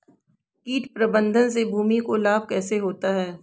कीट प्रबंधन से भूमि को लाभ कैसे होता है?